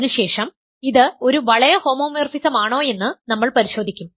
അതിനുശേഷം ഇത് ഒരു വളയ ഹോമോമോർഫിസമാണോയെന്ന് നമ്മൾ പരിശോധിക്കും